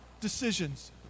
decisions